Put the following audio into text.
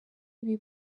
ibi